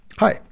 Hi